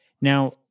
Now